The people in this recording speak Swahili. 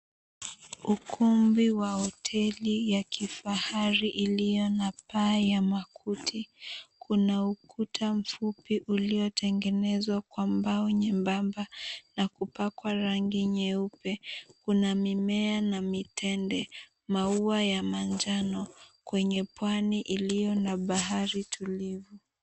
Ukumbi wa hoteli ya kifahari ilio na paa ya makuti, kuna ukuta mfupi ulio tengenezwa kwa mbao nyembamba na kupakwa rangi nyeupe, kuna mimea na mitende, mauwa ya manjano kwenye puani ilio na bahari tulivu.